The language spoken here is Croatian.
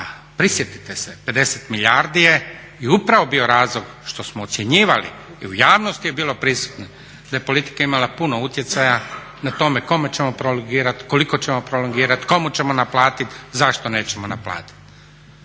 prisjetite se 50 milijardi je i upravo bio razlog što smo ocjenjivali i u javnosti je bilo prisutno da je politika imala puno utjecaja na tome kome ćemo prolongirati, koliko ćemo prolongirati, komu ćemo naplatiti, zašto nećemo naplatiti.